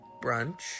brunch